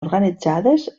organitzades